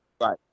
Right